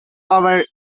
over